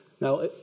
Now